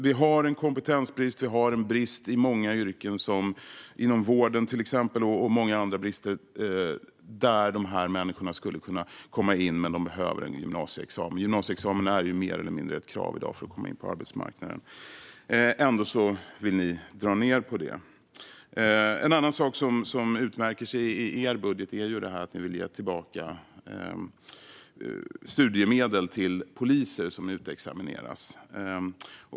Vi har en kompetensbrist i många yrken, till exempel inom vården. Det finns många bristyrken där de här människorna skulle kunna komma in, men de behöver en gymnasieexamen. Gymnasieexamen är mer eller mindre ett krav i dag för att komma in på arbetsmarknaden. Ändå vill ni dra ned på detta. En annan sak som utmärker sig i er budget är att ni vill ge tillbaka studiemedel till poliser som utexamineras.